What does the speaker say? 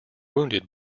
wounded